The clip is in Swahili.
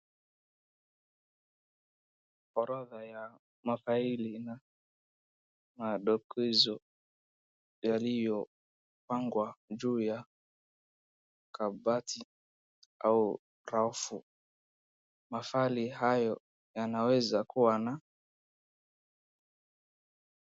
Orodha ya mafaili inamadokezo yaliyopangwa juu ya kabati au rafu, mafaili hayo yanaweza kuwa na .